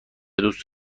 دوست